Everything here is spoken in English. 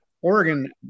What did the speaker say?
Oregon